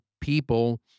people